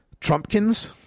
Trumpkins